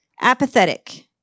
Apathetic